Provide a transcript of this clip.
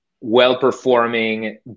well-performing